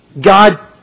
God